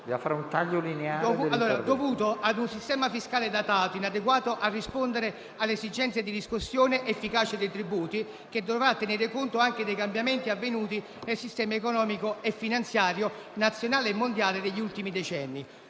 dovuto a un sistema fiscale datato, inadeguato a rispondere a esigenze di riscossione efficace dei tributi che dovrà tenere conto anche dei cambiamenti avvenuti nel sistema economico e finanziario nazionale e mondiale degli ultimi decenni;